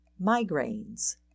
Migraines